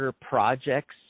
projects